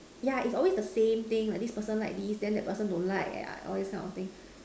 yeah it's always the same thing like this person like this then that person don't like yeah all this kind of things